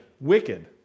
wicked